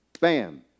bam